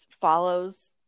follows